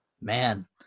Man